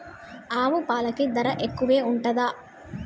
ఆవు పాలకి ధర ఎక్కువే ఉంటదా?